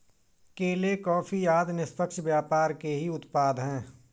केले, कॉफी आदि निष्पक्ष व्यापार के ही उत्पाद हैं